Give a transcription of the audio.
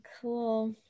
cool